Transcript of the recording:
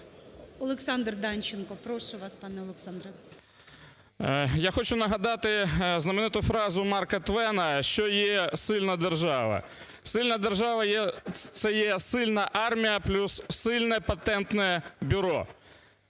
Олександр Данченко. Прошу вас, пане Олександре. 16:29:00 ДАНЧЕНКО О.І. Я хочу нагадати знамениту фразу Марка Твена, що є сильна держава. Сильна держава – це є сильна армія плюс сильне патентне бюро.